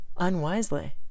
unwisely